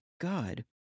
God